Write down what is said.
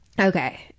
Okay